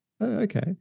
Okay